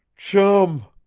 chum,